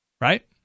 Right